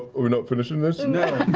are we not finishing this? and